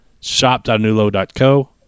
Shop.nulo.co